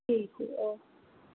ਠੀਕ ਹੈ ਓਕੇ